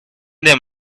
them